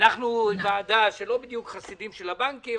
אנחנו ועדה שהיא לא בדיוק חסידה של הבנקים,